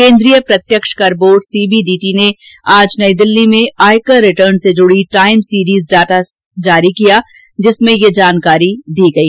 केन्द्रीय प्रत्यक्ष कर बोर्ड सीबीडीटी ने आज नई दिल्ली में आयकर रिटर्न से जुडी टाइम सीरीज डाटा जारी किये जिसमें ये जानकारी सामने आई